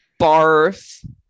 Barf